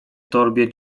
torbie